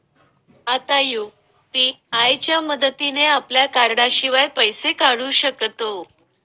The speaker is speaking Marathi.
आता यु.पी.आय च्या मदतीने आपल्या कार्डाशिवाय पैसे काढू शकतो